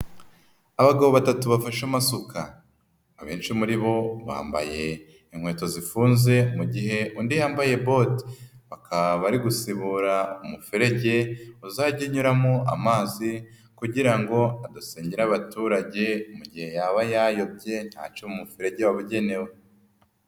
Abagabo batatu bafashe amasuka abenshi muri bo bambaye inkweto zifunze mu gihe undi yambaye bote bari gusibura umuferege uzajya unyuramo amazi kugira ngo adasengera abaturage mu gihe yaba yayobye ntace mu muferege wababugenewe.